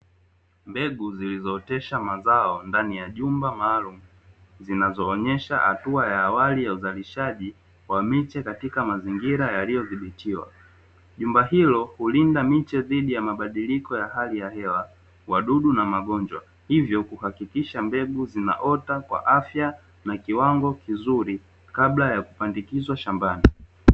Mbegu zilizootesha mazao ndani ya jumba maalumu, zinazoonyesha hatua ya awali ya uzalishaji wa miche katika mazingira yaliyodhibitiwa, jumba hilo hulinda miche dhidi ya mabadiliko ya hali ya hewa, wadudu na magonjwa, hivyo huhakikisha mbegu zinaota kwa afya na kiwango kizuri, kabla ya kupandikizwa shambani.